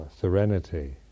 serenity